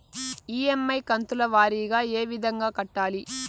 EMI కంతుల వారీగా ఏ విధంగా కట్టాలి